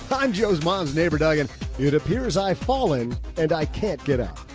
but i'm joe's mom's neighbor, doug, and it appears i fallen and i can't get out.